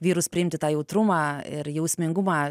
vyrus priimti tą jautrumą ir jausmingumą